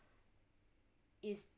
is